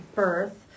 birth